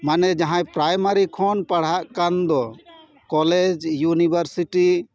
ᱢᱟᱱᱮ ᱡᱟᱦᱟᱸᱭ ᱯᱨᱟᱭᱢᱟᱨᱤ ᱯᱟᱲᱦᱟᱜ ᱠᱟᱱ ᱫᱚ ᱠᱚᱞᱮᱡᱽ ᱭᱩᱱᱤᱵᱷᱟᱨᱥᱤᱴᱤ